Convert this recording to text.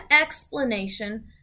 explanation